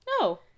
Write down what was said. no